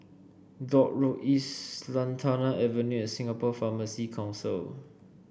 Dock Road East Lantana Avenue and Singapore Pharmacy Council